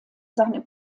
seinem